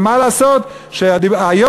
ומה לעשות שהיום,